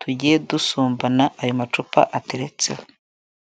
tugiye dusumbana ayo macupa ateretseho.